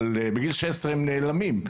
אבל בגיל 16 הם נעלמים.